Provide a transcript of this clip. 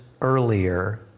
earlier